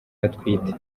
atwite